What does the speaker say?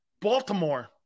Baltimore